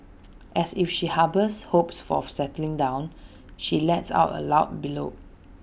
asked if she harbours hopes for settling down she lets out A loud bellow